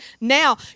Now